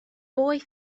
boy